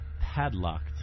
padlocked